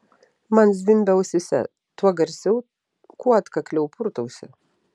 man zvimbia ausyse tuo garsiau kuo atkakliau purtausi